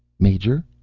major?